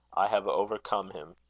i have overcome him.